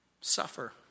suffer